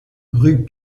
rue